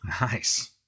Nice